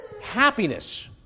happiness